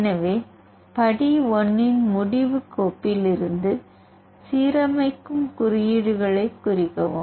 எனவே படி 1 இன் முடிவுக் கோப்பிலிருந்து சீரமைக்கும் குறியீடுகளைக் குறிக்கவும்